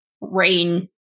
Rain